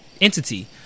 entity